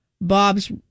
Bob's